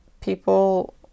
people